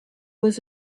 was